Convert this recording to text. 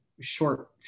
short